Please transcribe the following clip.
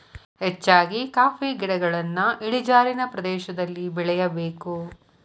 ಹೆಚ್ಚಾಗಿ ಕಾಫಿ ಗಿಡಗಳನ್ನಾ ಇಳಿಜಾರಿನ ಪ್ರದೇಶದಲ್ಲಿ ಬೆಳೆಯಬೇಕು